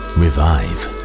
revive